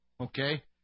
okay